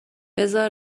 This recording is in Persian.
بزار